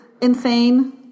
insane